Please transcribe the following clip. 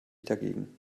dagegen